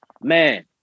man